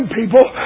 people